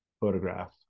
photograph